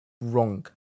wrong